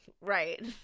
Right